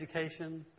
education